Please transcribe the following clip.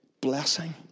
Blessing